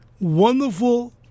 Wonderful